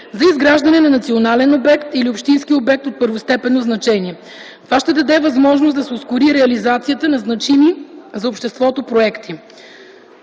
за изграждане на национален обект или общински обект от първостепенно значение. Това ще даде възможност да се ускори реализацията на значими за обществото проекти.